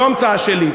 לא המצאה שלי,